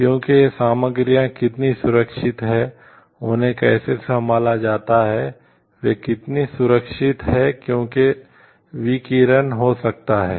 क्योंकि ये सामग्रियां कितनी सुरक्षित हैं उन्हें कैसे संभाला जाता है वे कितनी सुरक्षित हैं क्योंकि विकिरण हो सकता है